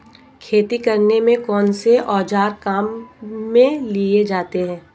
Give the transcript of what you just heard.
खेती करने में कौनसे औज़ार काम में लिए जाते हैं?